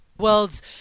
World's